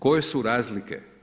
Koje su razlike?